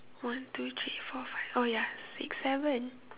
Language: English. one two three four five oh ya six seven